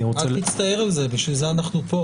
אל תצטער על זה, בשביל זה אנחנו פה.